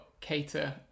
cater